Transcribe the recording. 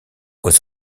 aux